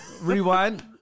rewind